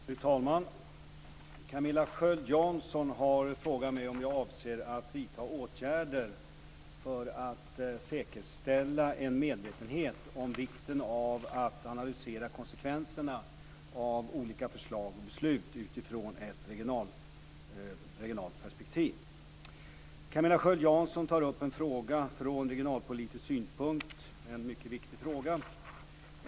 Fru talman! Camilla Sköld Jansson har frågat mig om jag avser att vidta åtgärder för att säkerställa en medvetenhet om vikten av att analysera konsekvenserna av olika förslag och beslut utifrån ett regionalt perspektiv. Camilla Sköld Jansson tar upp en från regionalpolitisk synpunkt mycket viktig fråga.